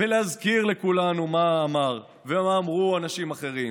ולהזכיר לכולנו מה הוא אמר ומה אמרו אנשים אחרים.